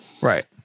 Right